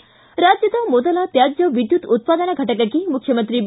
ಿ ರಾಜ್ಯದ ಮೊದಲ ತ್ಯಾಜ್ಯ ವಿದ್ಯುತ್ ಉತ್ಪಾದನಾ ಘಟಕಕ್ಕೆ ಮುಖ್ಯಮಂತ್ರಿ ಬಿ